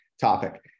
topic